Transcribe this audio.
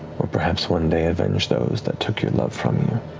or perhaps one day avenge those that took your love from you.